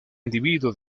individuo